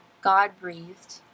God-breathed